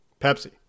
Pepsi